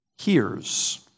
hears